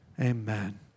Amen